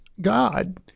God